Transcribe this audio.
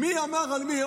מי אמר על מי,